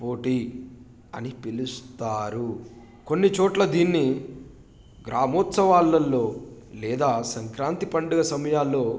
పోటీ అని పిలుస్తారు కొన్ని చోట్ల దీన్ని గ్రామ ఉత్సవాాలలో లేదా సంక్రాంతి పండుగ సమయాల్లో